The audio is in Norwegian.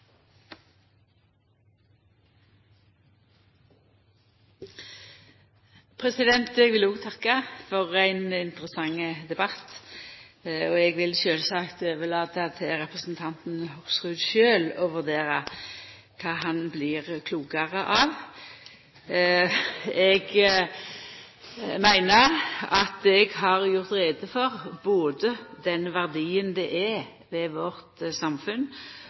Eg vil òg takka for ein interessant debatt. Eg vil sjølvsagt overlata til representanten Hoksrud sjølv å vurdera kva han blir klokare av. Eg meiner at eg har gjort greie for den verdien det er i vårt samfunn